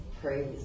praise